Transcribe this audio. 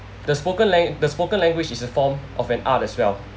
the spoken lang~ the spoken language is a form of an art as well